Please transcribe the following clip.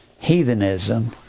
heathenism